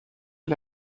est